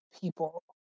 people